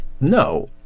no